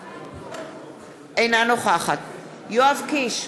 אינה נוכחת יואב קיש,